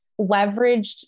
leveraged